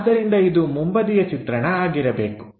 ಆದ್ದರಿಂದ ಇದು ಮುಂಬದಿಯ ಚಿತ್ರಣ ಆಗಿರಬೇಕು